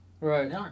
Right